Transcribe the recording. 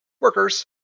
workers